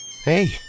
Hey